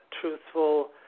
truthful